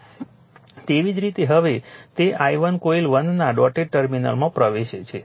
તેવી જ રીતે હવે તે i1 કોઈલ 1 ના ડોટેડ ટર્મિનલમાં પ્રવેશે છે